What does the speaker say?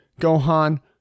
Gohan